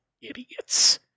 idiots